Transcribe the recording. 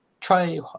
try